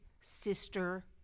sister